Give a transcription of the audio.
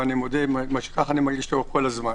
ואני מודה שכך אני מרגיש כל הזמן.